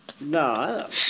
No